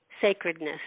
sacredness